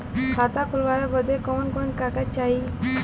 खाता खोलवावे बादे कवन कवन कागज चाही?